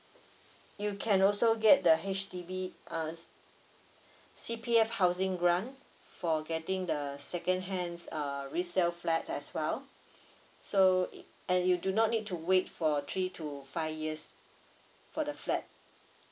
you can also get the H_D_B err C_P_F housing grant for getting the secondhands err resale flat as well so it and you do not need to wait for three to five years for the flat